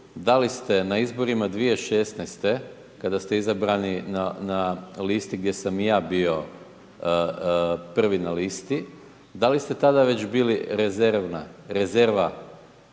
da li ste na izborima 2016. kada ste izabrani na listi gdje sam i ja bio prvi na listi, da li ste tada već bili rezerva kolegi